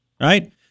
Right